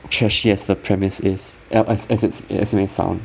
trashy as the premise is ya as as it as it may sound